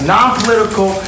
Non-political